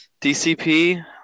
DCP